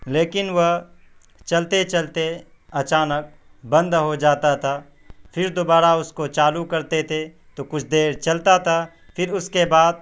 لیکن وہ چلتے چلتے اچانک بند ہو جاتا تھا پھر دوبارہ اس کو چالو کرتے تھے تو کچھ دیر چلتا تا پھر اس کے بعد